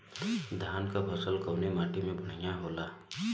धान क फसल कवने माटी में बढ़ियां होला?